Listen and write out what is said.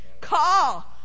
call